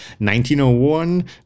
1901